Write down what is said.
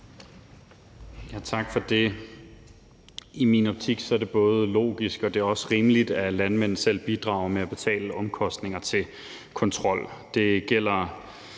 Tak for det. I min optik er det både logisk og også rimeligt, at landmænd selv bidrager med at betale omkostninger til kontrol.